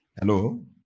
Hello